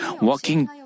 walking